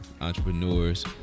Entrepreneurs